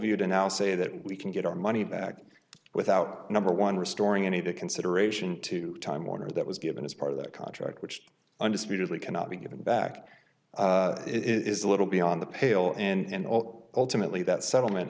now say that we can get our money back without number one restoring any consideration to time warner that was given as part of that contract which undisputedly cannot be given back it is a little beyond the pale and all ultimately that settlement